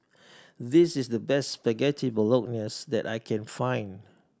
this is the best Spaghetti Bolognese that I can find